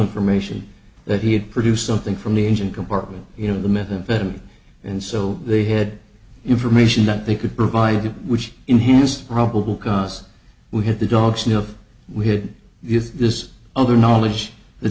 information that he had produced something from the engine compartment you know the methamphetamine and so they had information that they could provide which enhanced probable cause we had the dogs you know we had if this other knowledge that